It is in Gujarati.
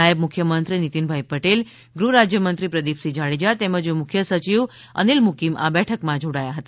નાયબ મુખ્યમંત્રી શ્રી નિતીનભાઈ પટેલ ગૃહ રાજ્ય મંત્રી શ્રી પ્રદીપસિંહ જાડેજા તેમજ મુખ્ય સચિવ શ્રી અનિલ મુકીમ આ બેઠકમાં જોડ્યા હતા